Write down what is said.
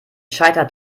scheitert